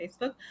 Facebook